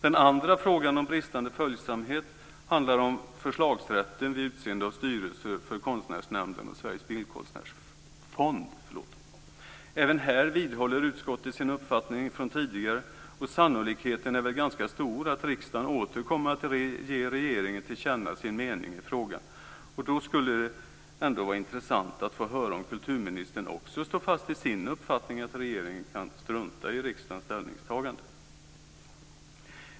Den andra frågan om bristande följsamhet handlar om förslagsrätten vid utseende av styrelse för Konstnärsnämnden och Sveriges bildkonstnärsfond. Även här vidhåller utskottet sin uppfattning från tidigare, och sannolikheten är ganska stor att riksdagen åter kommer att ge regeringen till känna sin mening i frågan. Då skulle det vara intressant att höra om kulturministern också står fast vid sin uppfattning att regeringen kan strunta i riksdagens ställningstagande.